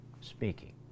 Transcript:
speaking